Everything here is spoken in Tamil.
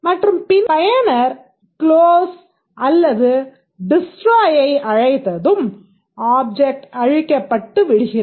மற்றும் பின்னர் பயனர் க்ளோஸ் அல்லது டிஸ்டராயை அழைத்ததும் ஆப்ஜெக்ட் அழிக்கப்பட்டு விடுகிறது